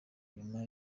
nyuma